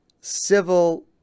civil